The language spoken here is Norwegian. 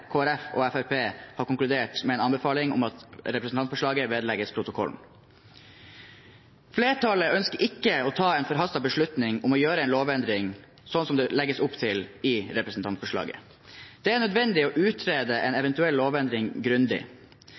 Folkeparti og Fremskrittspartiet, har konkludert med en anbefaling om at representantforslaget vedlegges protokollen. Flertallet ønsker ikke å ta en forhastet beslutning om å gjøre en lovendring sånn som det legges opp til i representantforslaget. Det er nødvendig å utrede en eventuell lovendring grundig.